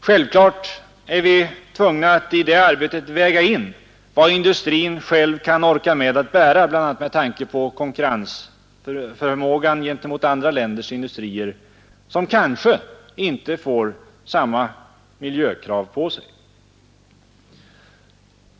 Självklart är vi tvungna att i det arbetet väga in vad industrin själv kan orka med att bära bl.a. med tanke på konkurrensförmågan gentemot andra länders industrier, som kanske inte får samma miljökrav på sig.